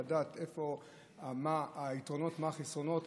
לדעת מה היתרונות ומה החסרונות,